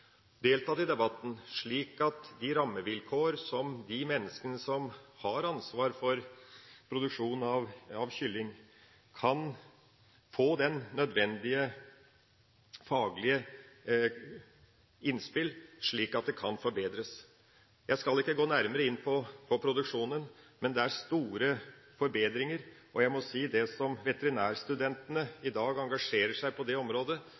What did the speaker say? i debatten, slik at de som har ansvar for produksjonen av kylling, kan få de nødvendige, faglige innspill som ville forbedre produksjonen. Jeg skal ikke gå nærmere inn på produksjonen, men det er rom for store forbedringer. Jeg må si at måten veterinærstudentene engasjerer seg på i dag på dette området,